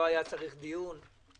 לא היה צריך דיון.